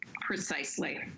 Precisely